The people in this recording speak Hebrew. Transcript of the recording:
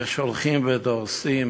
איך שהולכים ודורסים,